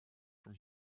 from